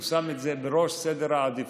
והוא שם את זה בראש סדר העדיפויות.